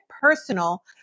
personal